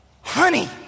Honey